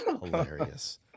hilarious